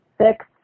six